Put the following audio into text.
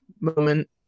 moment